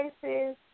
places